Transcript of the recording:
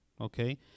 okay